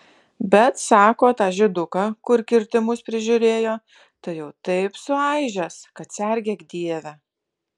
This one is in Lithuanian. bet sako tą žyduką kur kirtimus prižiūrėjo tai jau taip suaižęs kad sergėk dieve